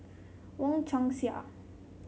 Wong Chong Sai